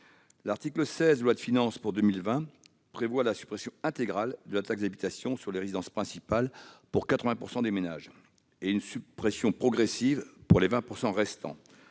L'article 16 de la loi de finances pour 2020 prévoit la suppression intégrale de la taxe d'habitation sur les résidences principales pour 80 % des ménages et une suppression progressive pour les 20 % restants.